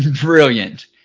Brilliant